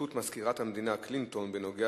התבטאות מזכירת המדינה קלינטון בנוגע